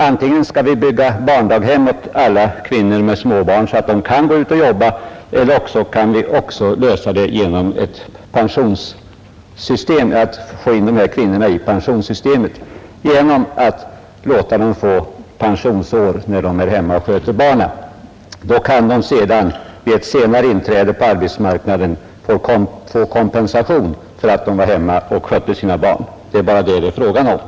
Antingen skall vi bygga barndaghem åt alla kvinnor med småbarn så att de omedelbart kan ge sig ut i förvärvsarbete eller också skall vi låta dessa hemarbetande kvinnor tillgodoräkna sig pensionsår när de är hemma och sköter barnen. Då kan de vid ett senare inträde på arbetsmarknaden få kompensation för att de varit hemma och skött sina barn. Det är bara det frågan gäller.